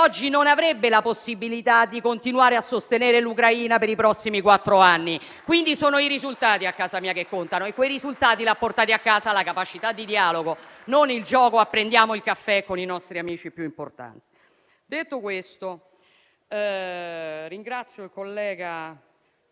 oggi non avrebbe la possibilità di continuare a sostenere l'Ucraina per i prossimi quattro anni. Sono i risultati, a casa mia, che contano, e quei risultati li ha portati a casa la capacità di dialogo, e non il gioco a prendere il caffè con i nostri amici più importanti. Detto questo, ringrazio il collega